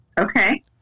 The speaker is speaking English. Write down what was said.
Okay